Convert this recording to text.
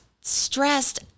stressed